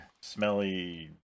smelly